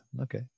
okay